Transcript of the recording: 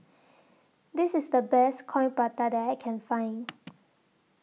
This IS The Best Coin Prata that I Can Find